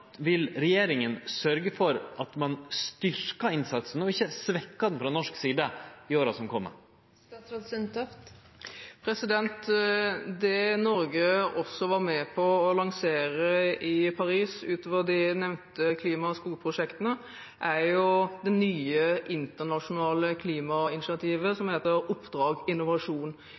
vil regjeringa sørgje for at ein styrkjer innsatsen og ikkje svekkjer den frå norsk side i åra som kjem? Det Norge også var med på å lansere i Paris utover de nevnte klima- og skogprosjektene, var det nye internasjonale klimainitiativet